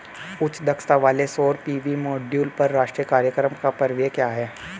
उच्च दक्षता वाले सौर पी.वी मॉड्यूल पर राष्ट्रीय कार्यक्रम का परिव्यय क्या है?